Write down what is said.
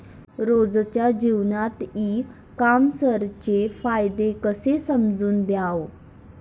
रोजच्या जीवनात ई कामर्सचे फायदे कसे समजून घ्याव?